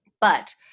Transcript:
But-